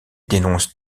dénonce